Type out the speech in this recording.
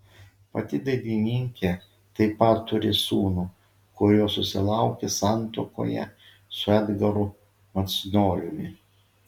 pati dainininkė taip pat turi sūnų kurio susilaukė santuokoje su edgaru macnoriumi